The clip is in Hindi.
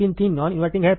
पिन 3 नॉन इन्वर्टिंग है